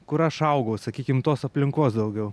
kur aš augau sakykim tos aplinkos daugiau